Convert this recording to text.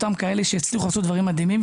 אותם אלה שהצליחו לעשות דברים מדהימים,